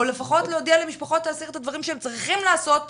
או לפחות להודיע למשפחות האסיר את הדברים שהם צריכים לעשות בפועל.